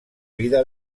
vida